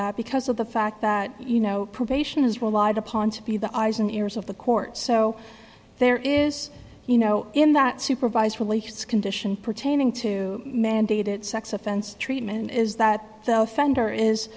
that because of the fact that you know probation is relied upon to be the eyes and ears of the court so there is you know in that supervised release condition pertaining to mandated sex offense treatment is that the offender is